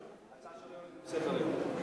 ההצעה שלו יורדת מסדר-היום.